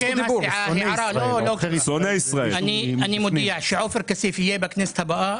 אני מודיע בשם הסיעה שעופר כסיף יהיה בכנסת הבאה.